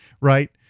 right